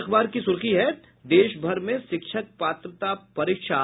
अखबार आज की सुर्खी है देश भर में शिक्षक पात्रता परीक्षा कल